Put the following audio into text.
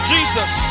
Jesus